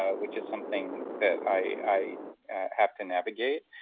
ah which is something that i have to navigate.